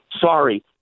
Sorry